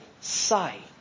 sight